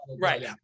right